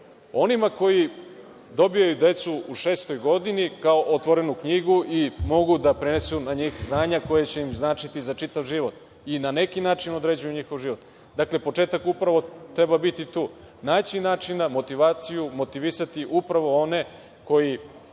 onima koji dobijaju decu u šestoj godini, kao otvorenu knjigu i mogu da prenesu na njih znanja, koja će im značiti za čitav život i na neki način određuju njihov život. Dakle, početak upravo treba biti tu, naći načina, motivaciju, motivisati upravo one koji